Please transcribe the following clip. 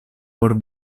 por